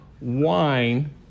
wine